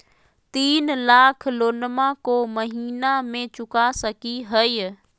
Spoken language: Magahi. तीन लाख लोनमा को महीना मे चुका सकी हय?